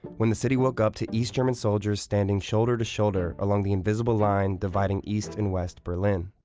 when the city woke up to east german soldiers standing shoulder-to-shoulder along the invisible line dividing east and west berlin.